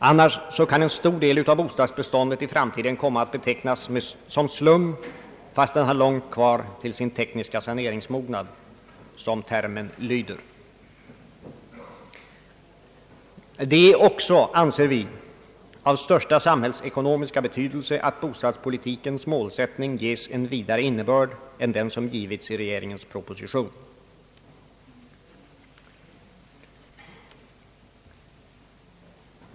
Annars kan en stor del av bostadsbeståndet i framtiden komma att betecknas som slum, fast den har långt kvar till sin tekniska saneringsmognad, som termen lyder. Det är också, anser vi, av största samhällsekonomiska betydelse att bostadspolitikens målsättning ges en vidare innebörd än den som givits i regeringens proposition.